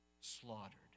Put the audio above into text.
slaughtered